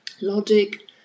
logic